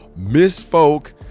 Misspoke